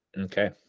okay